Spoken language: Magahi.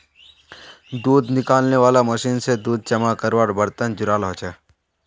दूध निकालनेवाला मशीन से दूध जमा कारवार बर्तन जुराल होचे